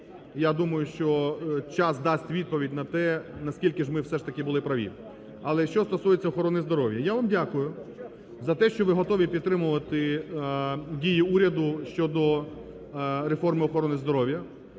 Я думаю, що час дасть відповідь на те, наскільки ж ми все-таки були праві. Але що стосується охорони здоров'я. Я вам дякую за те, що ви готові підтримувати дії уряду щодо реформи охорони здоров'я.